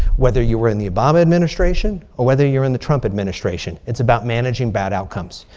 whether you were in the obama administration. or whether you're in the trump administration. it's about managing bad outcomes.